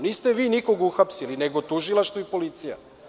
Niste vi nikog uhapsili, nego tužilaštvo i policija.